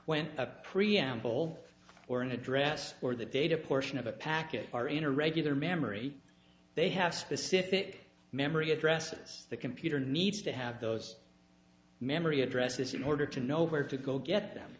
when a preamble or an address or the data portion of a packet are in a regular memory they have specific memory addresses the computer needs to have those memory address this in order to know where to go get them